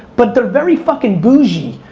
but they're very fucking boujee.